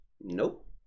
nope